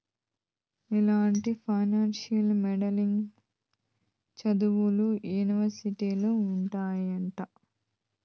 ఇలాంటి financial modelling సదువులు యూనివర్సిటీలో ఉంటాయంట